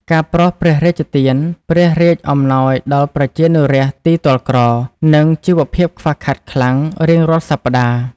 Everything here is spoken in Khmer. ការប្រោសព្រះរាជទាន ព្រះរាជអំណោយដល់ប្រជានុរាស្ត្រទីទ័លក្រ និងជីវភាពខ្វះខាតខ្លាំង រៀងរាល់សប្តាហ៍។